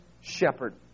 shepherd